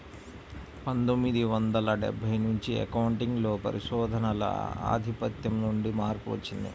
పందొమ్మిది వందల డెబ్బై నుంచి అకౌంటింగ్ లో పరిశోధనల ఆధిపత్యం నుండి మార్పు వచ్చింది